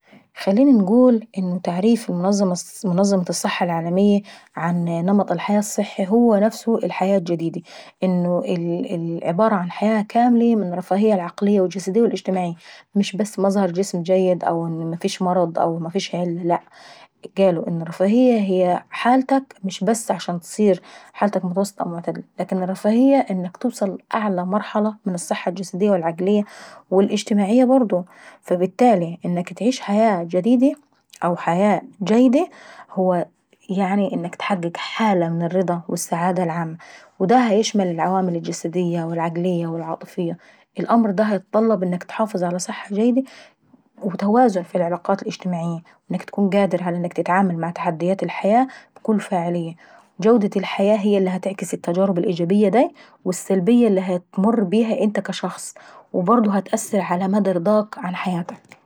خليني انقول ان تعريف منظمة الصحة العالمية عن نمط الحياة الصحي هو نفسه الحياة الجديدي. لانه عبارة عن حياة كاملي من الرفاهية العقلية والجسدية ومش بس مظهر جسم جيد أو ان مفيش مرض أو مفيش علم لاء. فقالوا ان الرفاهية هي حالتك مش بس عشان تصير حالتك متوسطة أو معتدلة، لكن الرفاهية انك توصل لاعلي مرحلة من الصحة الجسدية والعقلية والاجتماعية برضو. فالبتالي انك تعيش حياة جديدة او حياة جيدة يعني هو انك اتحقق حالة من السعادة ودا يشمل الجوانب العقلية والاجتماعية. الأمر دا بيتطلب من انك تحافظ على صحة جيدة وتوازن في العلاقات الاجتماعية. من انك تكون قادر تتعامل مع تحديات الحياة بكل فعالية وجودة الحياة هي اللي بتعكس الجوانب الابجابية داي والسلبية اللي هتمر بيها انت كشخص وبرضه هتأثر على مدى رضاك عن حياتك.